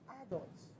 adults